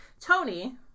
Tony